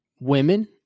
Women